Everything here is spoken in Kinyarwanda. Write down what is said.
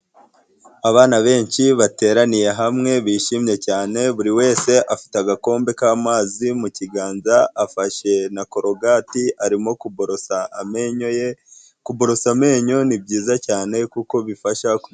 Abana benshi bateraniye hamwe bishimye cyane, buri wese afite agakombe k'amazi mu kiganza afashe na corogati, arimo kuborosa amenyo ye, kuborosa amenyo ni byiza cyane kuko bifasha.